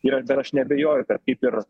yra dar aš neabejoju kad kaip ir